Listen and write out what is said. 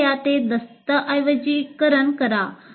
कृपया ते दस्तऐवजीकरण करा